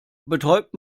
betäubt